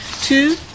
two